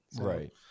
Right